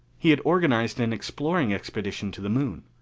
he had organized an exploring expedition to the moon.